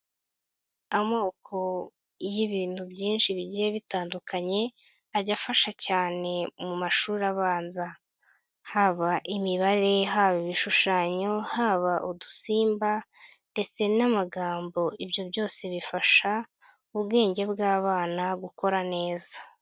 Amoko y'ibintu byinshi bigiye bitandukanye, ajya afasha cyane mu mashuri abanza. Haba imibare, haba ibishushanyo, haba udusimba ndetse n'amagambo. Ibyo byose bifasha ubwenge bw'abana gukora neza.